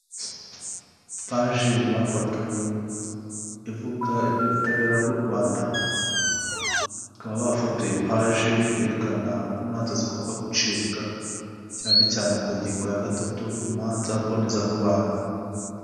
Paji bafotoye ivuga iby'ubutabera bw'u Rwanda, bakaba bafotoye paji yerekana uko imanza zigomba gucibwa, cyane cyane ku ngingo ya gatatu, imanza mbonezamubano.